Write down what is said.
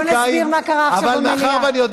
בוא נסביר מה קרה עכשיו במליאה.